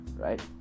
Right